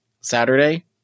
Saturday